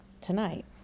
tonight